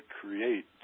create